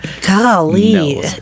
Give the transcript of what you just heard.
golly